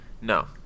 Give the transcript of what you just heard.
No